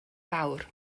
fawr